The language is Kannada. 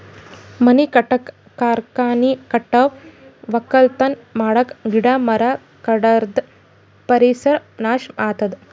ಮನಿ ಕಟ್ಟಕ್ಕ್ ಕಾರ್ಖಾನಿ ಕಟ್ಟಕ್ಕ್ ವಕ್ಕಲತನ್ ಮಾಡಕ್ಕ್ ಗಿಡ ಮರ ಕಡದ್ರ್ ಪರಿಸರ್ ನಾಶ್ ಆತದ್